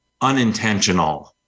unintentional